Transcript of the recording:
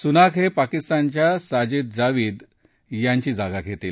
सुनाक हे पाकिस्तानच्या साजीद जावीद यांची जागा घेतील